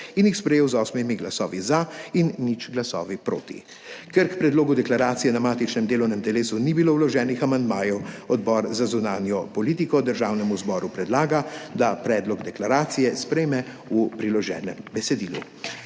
in jih sprejel z osmimi glasovi za in nič glasovi proti. Ker k predlogu deklaracije na matičnem delovnem telesu ni bilo vloženih amandmajev, Odbor za zunanjo politiko Državnemu zboru predlaga, da predlog deklaracije sprejme v priloženem besedilu.